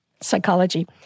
psychology